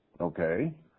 Okay